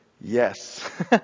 yes